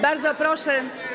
Bardzo proszę.